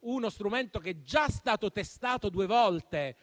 uno strumento che è già stato testato due volte,